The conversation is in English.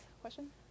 question